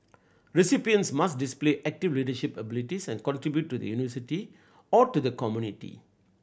recipients must display active leadership abilities and contribute to the University or to the community